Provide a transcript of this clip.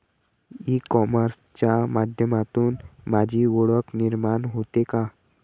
E कॉमर्सच्या माध्यमातून माझी ओळख निर्माण होते का?